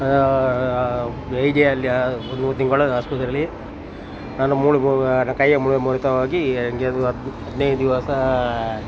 ಎಜೆಯಲ್ಲಿ ಮೂರು ತಿಂಗಳು ಆಸ್ಪತ್ರೆಯಲ್ಲಿ ನಾನು ಮೂಳು ಮೂ ನನ್ನ ಕೈಯ ಮೂಳೆ ಮುರಿತವಾಗಿ ಹದಿನೈದು ದಿವಸ